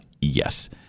Yes